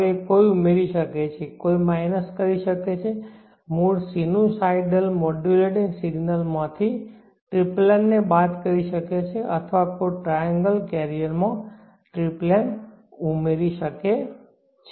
હવે કોઈ ઉમેરી શકે છે કોઈ માઇનસ કરી શકે છે મૂળ સિનુસાઇડલ મોડ્યુલેટિંગ સિગ્નલ માં થી ટ્રિપલેન ને બાદ કરી શકે છે અથવા કોઈ ટ્રાએન્ગલ કેરિયર માં ટ્રિપલેન ઉમેરી શકે છે